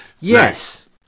Yes